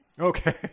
Okay